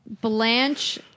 Blanche